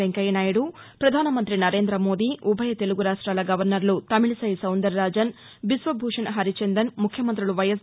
వెంకయ్యనాయుడు ప్రధానమంత్రి నరేంద్రమోదీ ఉభయ తెలుగురాష్ట్లాల గవర్నర్లు తమిళసై సౌందరరాజన్ బిశ్వభూషణ్ హరిచందన్ ముఖ్యమంతులు వైఎస్